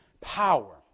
power